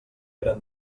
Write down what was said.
eren